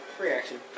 Reaction